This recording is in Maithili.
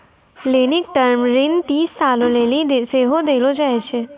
लेनिक टर्म ऋण तीस सालो लेली सेहो देलो जाय छै